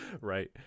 right